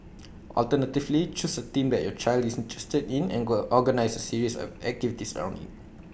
alternatively choose A theme that your child is interested in and organise A series of activities around IT